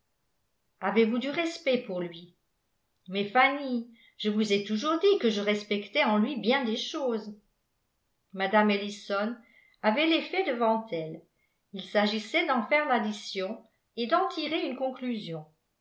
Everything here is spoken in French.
avez-vous du respect pour lui mais fanny je vous ai toujours dit que je respectais en lui bien des choses mme ellison avait les faits devant elle il s'agissait d'en faire l'addition et d'en tirer une conclusion